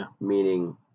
meaning